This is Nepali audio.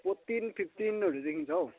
फोर्टिन फिप्टिनहरूदेखि छ हौ